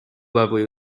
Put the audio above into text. lovely